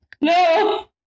No